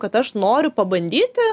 kad aš noriu pabandyti